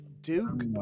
Duke